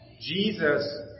Jesus